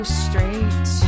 straight